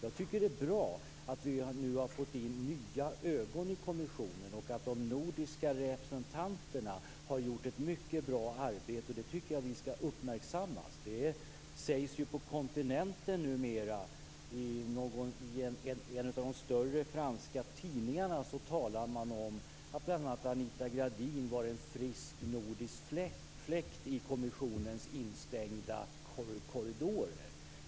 Jag tycker att det är bra att vi nu har fått in nya ögon i kommissionen och att de nordiska representanterna har gjort ett mycket bra arbete. Det tycker jag att vi skall uppmärksamma. Det sägs också på kontinenten numera. I en av de större franska tidningarna talar man om att bl.a. Anita Gradin var en frisk nordisk fläkt i kommissionens instängda korridorer.